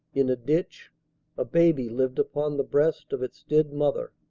in a ditch a baby lived upon the breast of its dead mother.